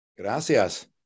Gracias